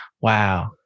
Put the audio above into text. Wow